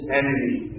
enemy